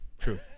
True